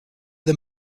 the